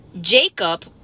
Jacob